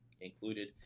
included